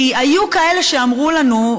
היו כאלה שאמרו לנו,